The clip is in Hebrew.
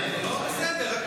זה לא בסדר.